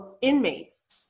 inmates